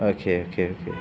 okay okay okay